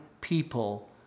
people